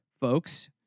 folks